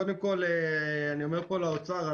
קודם כול, אני אומר פה לאוצר.